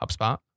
HubSpot